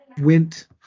went